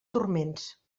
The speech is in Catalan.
turments